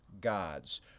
gods